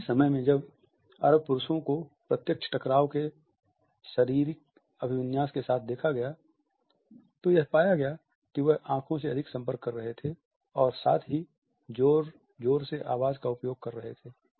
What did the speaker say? एक ही समय में जब अरब पुरुषों को प्रत्यक्ष टकराव के शरीर अभिविन्यास के साथ देखा गया तो यह पाया गया कि वह आँखों से अधिक संपर्क कर रहे थे और साथ ही जोर से आवाज़ का उपयोग कर रहे थे